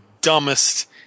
dumbest